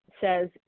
says